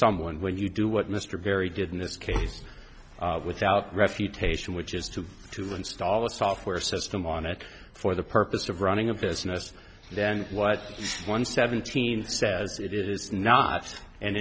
someone when you do what mr berry did in this case without refutation which is to to install the software system on it for the purpose of running a business then what one seventeen says it is not an